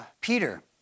Peter